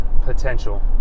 potential